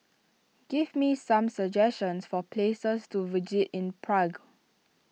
give me some suggestions for places to in Prague